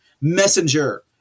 messenger